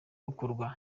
bukorwa